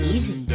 Easy